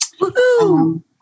Woohoo